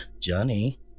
Johnny